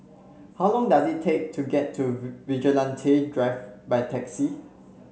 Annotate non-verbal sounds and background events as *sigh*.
how long does it take to get to *unintelligible* Vigilante Drive by taxi